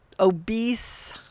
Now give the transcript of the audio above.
obese